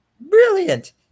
Brilliant